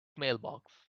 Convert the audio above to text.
mailbox